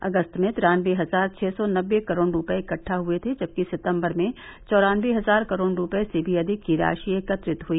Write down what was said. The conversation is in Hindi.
अगस्त में तिरानवे हजार छः सौ नबे करोड़ रुपये इकट्ठा हुए थे जबकि सितम्बर में चौरानवे हजार करोड़ रुपये से भी अधिक की राशि एकत्रित हुई